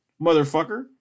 Motherfucker